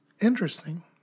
Interesting